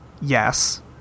yes